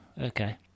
Okay